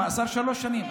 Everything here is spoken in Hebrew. מאסר שלוש שנים,